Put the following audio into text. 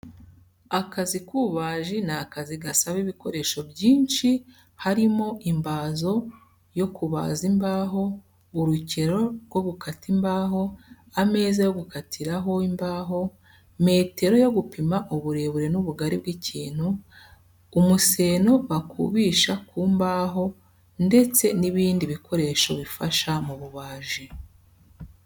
Akazi k'ububaji ni akazi gasaba ibikoresho byinshi harimo imbazo yo kubaza imbaho, urukero rwo gukata imbaho, ameza yo gukatiraho imbaho, metero yo gupima uburebure n'ubugari bw'ikintu, umuseno bakubisha ku mbahondetse n'bindi bikoresho bifasha mu bubaji.